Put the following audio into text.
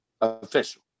official